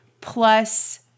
plus